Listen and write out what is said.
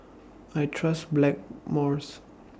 I Trust Blackmores